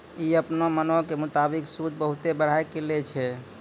इ अपनो मनो के मुताबिक सूद बहुते बढ़ाय के लै छै